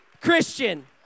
Christian